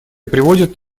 приводят